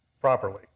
properly